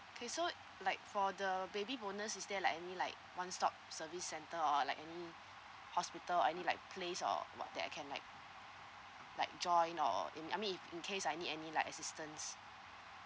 okay so like for the baby bonus is there like any like one stop service center or like any hospital or any like place or what that I can like like join or in I mean incase I need any like assistance